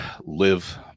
live